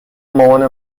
مامانه